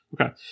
Okay